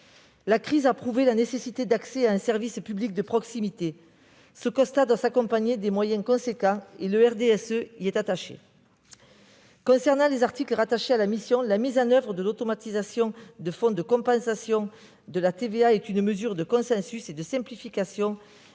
La crise a prouvé la nécessité d'accès à un service public de proximité ; ce constat doit s'accompagner de moyens importants ; le RDSE y est attaché. Concernant les articles rattachés à la mission, la mise en oeuvre de l'automatisation du fonds de compensation pour la TVA est une mesure de consensus et de simplification